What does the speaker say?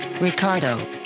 Ricardo